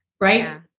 Right